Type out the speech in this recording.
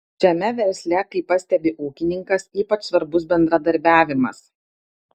šiame versle kaip pastebi ūkininkas ypač svarbus bendradarbiavimas